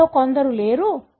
వారిలో కొందరు లేరు